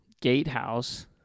gatehouse